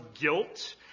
guilt